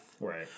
right